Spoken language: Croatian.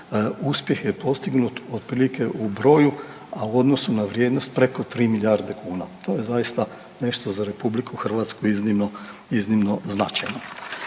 uspjeh je postignut otprilike u broju, a u odnosu na vrijednost preko 3 milijarde kuna. To je zaista nešto za RH iznimno, iznimno značajno.